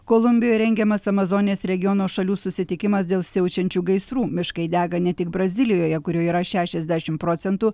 kolumbijoj rengiamas amazonijos regiono šalių susitikimas dėl siaučiančių gaisrų miškai dega ne tik brazilijoje kurioje yra šešiasdešimt procentų